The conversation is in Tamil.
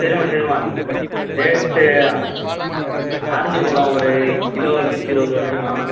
சரிம்மா சரிம்மா ரேட்டு ஆ ஆரெஞ்சு பழம் ஒரு கிலோ நூற்றி இருபது வருதும்மா